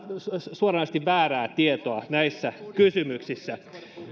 suoranaisesti väärää tietoa näissä kysymyksissä